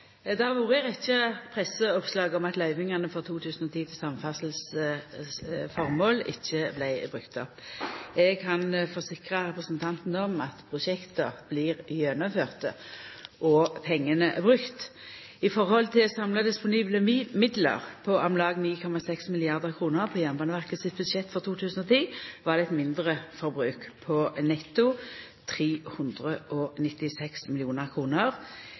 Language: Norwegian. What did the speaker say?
Det har vore ei rekkje presseoppslag om at løyvingane for 2010 til samferdselsføremål ikkje vart brukte opp. Eg kan forsikra representanten Tenden om at prosjekta blir gjennomførde og pengane brukte. I høve til samla disponible midlar på om lag 9,6 mrd. kr på Jernbaneverkets budsjett for 2010 var det eit mindreforbruk på netto 396